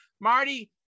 Marty